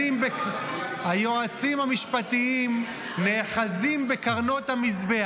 היועצים המשפטיים במשרדים נאחזים בקרנות המזבח.